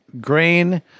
grain